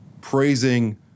praising